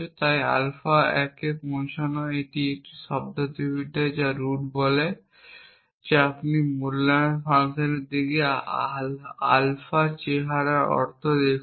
তাই আলফা 1 এ পৌঁছানো একটি শব্দার্থবিদ্যা রুট যা বলে যে আপনি মূল্যায়ন ফাংশনের দিকে আলফা চেহারার অর্থ দেখুন